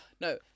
No